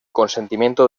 consentimiento